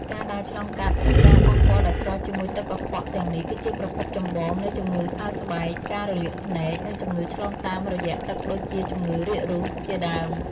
ការដើរឆ្លងកាត់ ឬការប៉ះពាល់ដោយផ្ទាល់ជាមួយទឹកកខ្វក់ទាំងនេះ គឺជាប្រភពចម្លងនៃជំងឺសើស្បែក ការរលាកភ្នែក និងជំងឺឆ្លងតាមរយៈទឹកដូចជាជំងឺរាករូសជាដើម។